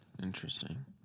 Interesting